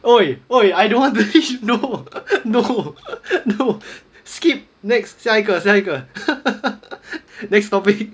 I I don't want no no no skip next 下一个下一个 next topic